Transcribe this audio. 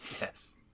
Yes